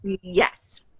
yes